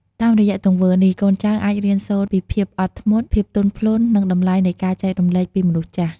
តាមរយៈទង្វើនេះ កូនចៅអាចរៀនសូត្រពីភាពអត់ធ្មត់ ភាពទន់ភ្លន់ និងតម្លៃនៃការចែករំលែកពីមនុស្សចាស់។